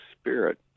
spirit